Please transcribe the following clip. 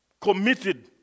committed